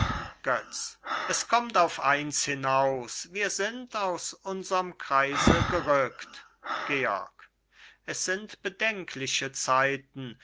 es kommt auf eins hinaus wir sind aus unserm kreise gerückt georg es sind bedenkliche zeiten